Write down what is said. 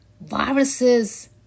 viruses